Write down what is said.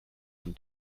von